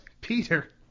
Peter